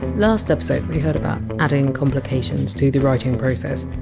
last episode, we heard about adding complications to the writing process,